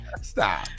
Stop